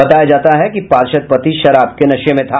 बताया जाता है कि पार्षद पति शराब के नशे में था